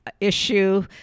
issue